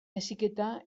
heziketa